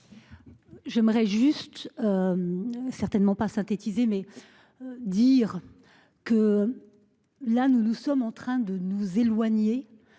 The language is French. J'aimerais juste. Certainement pas synthétiser mais. Dire que. Là nous nous sommes en train de nous éloigner